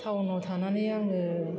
टाउनाव थानानै आङो